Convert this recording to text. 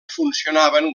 funcionaven